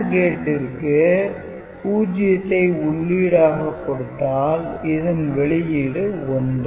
NAND கேட்டிற்கு 0 ஐ உள்ளீடாக கொடுத்தால் இதன் வெளியீடு 1